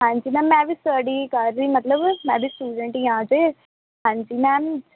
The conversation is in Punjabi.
ਹਾਂਜੀ ਮੈਮ ਮੈਂ ਵੀ ਸਟੱਡੀ ਕਰ ਰਹੀ ਮਤਲਬ ਮੈਂ ਵੀ ਸਟੂਡੈਂਟ ਹੀ ਹਾਂ ਅਜੇ ਹਾਂਜੀ ਮੈਮ